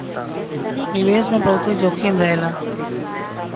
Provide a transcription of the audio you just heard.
निवेश मे बहुते जोखिम रहेला